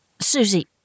Susie